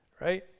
right